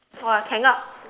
!wah! cannot